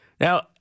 Now